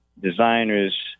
designers